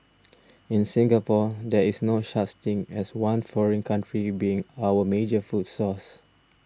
in Singapore there is no such thing as one foreign country being our major food source